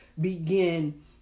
begin